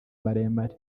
maremare